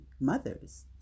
mothers